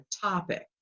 topic